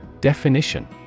Definition